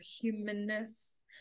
humanness